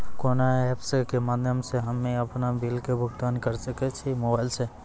कोना ऐप्स के माध्यम से हम्मे अपन बिल के भुगतान करऽ सके छी मोबाइल से?